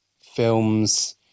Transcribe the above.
films